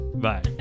Bye